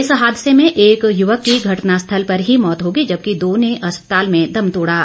इस हादसे में एक युवक की घटना स्थल पर ही मौत हो गई जबकि दो अस्पताल में दम तोड़ा